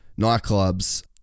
nightclubs